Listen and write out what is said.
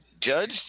Judge